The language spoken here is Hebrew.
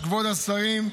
כבוד השרים,